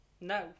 No